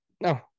no